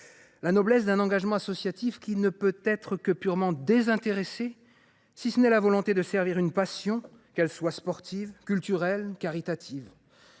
la noblesse d’un engagement associatif qui ne peut être que purement désintéressé si ce n’est la volonté de servir une passion, qu’elle soit sportive, culturelle ou caritative